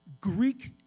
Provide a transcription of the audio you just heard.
Greek